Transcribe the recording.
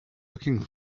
looking